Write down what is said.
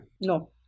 No